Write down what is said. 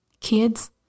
Kids